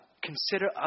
Consider